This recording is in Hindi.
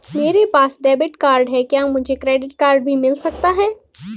मेरे पास डेबिट कार्ड है क्या मुझे क्रेडिट कार्ड भी मिल सकता है?